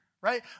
right